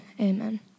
Amen